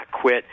quit